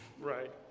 Right